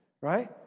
right